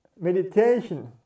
Meditation